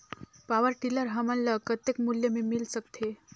Power tiller हमन ल कतेक मूल्य मे मिल सकथे?